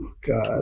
God